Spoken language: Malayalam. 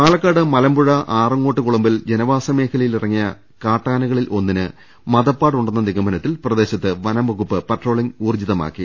പാലക്കാട് മലമ്പുഴ ആറങ്ങോട്ടുകുളമ്പിൽ ജനവാസ മേഖലയിൽ ഇറങ്ങിയ കാട്ടാനകളിൽ ഒന്നിന് മദപ്പാട് ഉണ്ടെന്ന നിഗമനത്തിൽ പ്രദേശത്ത് വനം വകുപ്പ് പട്രോളിംഗ് ഊർജ്ജിതമാക്കി